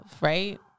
right